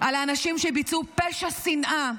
על האנשים שביצעו פשע שנאה,